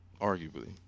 arguably